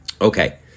okay